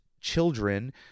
children